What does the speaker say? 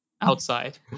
outside